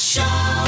Show